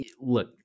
Look